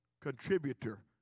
contributor